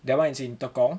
that one is in Tekong